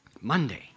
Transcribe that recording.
Monday